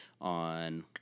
on